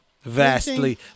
vastly